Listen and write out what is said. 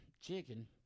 chicken